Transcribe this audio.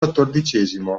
xiv